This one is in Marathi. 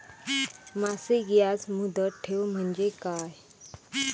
मासिक याज मुदत ठेव म्हणजे काय?